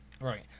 Right